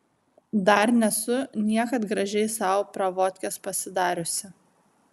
dar nesu niekad gražiai sau pravodkės pasidariusi